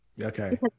Okay